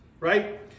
Right